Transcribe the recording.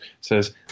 says